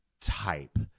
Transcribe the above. type